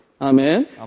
Amen